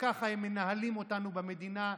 וככה הם מנהלים אותנו במדינה,